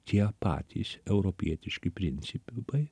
tie patys europietiški principai